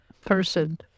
person